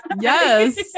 yes